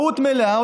במודעות מלאה,